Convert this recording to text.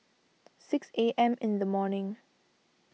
six A M in the morning